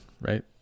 right